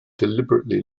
deliberately